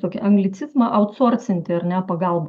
tokį anglicizmą autsorsinti ar ne pagalbą